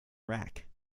rack